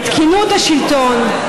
לתקינות השלטון,